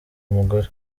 umugore